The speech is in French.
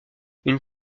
une